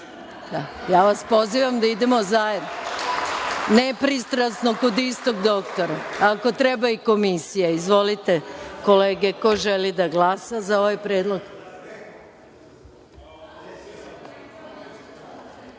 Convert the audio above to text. vas pozivam da idemo zajedno, nepristrasno, kod istog doktora. Ako treba i komisija. Izvolite, ko želi da glasa za ovaj